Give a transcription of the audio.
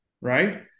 right